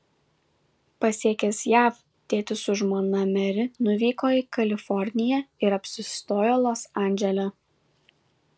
pasiekęs jav tėtis su žmona meri nuvyko į kaliforniją ir apsistojo los andžele